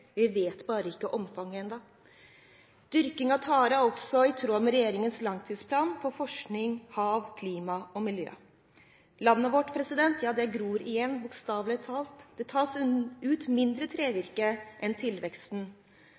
vi vet bare ikke omfanget ennå. Dyrking av tare er også i tråd med regjeringens langtidsplan for forskning, som omhandler hav, klima og miljø. Landet vårt gror igjen, bokstavelig talt. Det tas ut mindre trevirke enn tilveksten